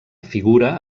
figura